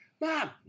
Mom